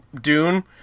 dune